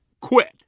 quit